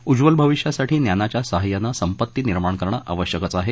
उज्वल भविष्यासाठी ज्ञानाच्या साहय्याने संपत्ती निर्माण करणं आवश्यकच आहे